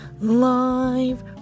live